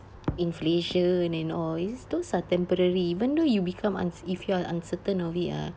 inflation and all is those are temporary even though you become un~ if you're uncertain of it ah